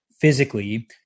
physically